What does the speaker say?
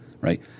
Right